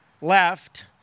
left